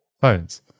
phones